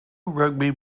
rugby